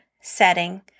setting